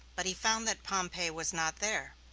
but he found that pompey was not there.